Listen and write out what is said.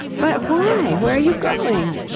but why? where are you going?